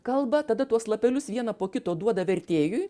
kalbą tada tuos lapelius vieną po kito duoda vertėjui